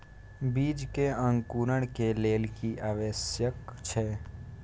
बीज के अंकुरण के लेल की आवश्यक छै?